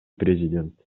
президент